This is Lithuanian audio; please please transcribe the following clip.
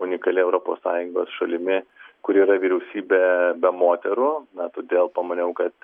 unikalia europos sąjungos šalimi kuri yra vyriausybė be moterų na todėl pamaniau kad